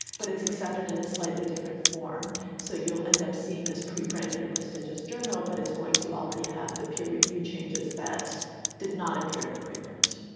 but it's accepted in a slightly different form. so you'll end up seeing this preprint in a prestigious journal. but it's going to already have the peer review changes that did not appear in the pre-print.